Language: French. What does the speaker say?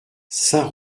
saint